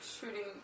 shooting